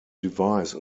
device